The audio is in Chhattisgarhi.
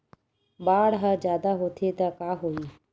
बाढ़ ह जादा होथे त का होही?